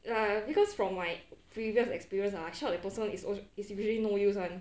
ya because from my previous experience ah shout at the person is is usually no use [one]